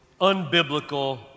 unbiblical